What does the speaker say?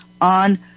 on